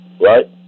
right